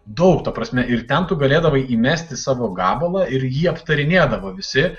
daug ta prasme ir ten tu galėdavai įmesti savo gabalą ir jį aptarinėdavo visi